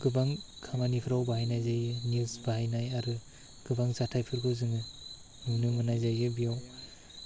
गोबां खामानिफ्राव बाहायनाय जायो न्युज बाहायनाय आरो गोबां जाथाइफोरखौ जोङो नुनो मोन्नाय जायो बियाव